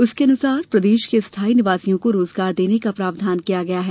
उसके अनुसार प्रदेश के स्थाई निवासियों को रोजगार देने का प्रावधान किया है